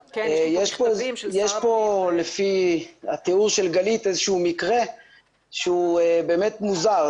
יש פה לפי התיאור של גלית איזשהו מקרה שהוא באמת מוזר.